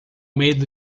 medo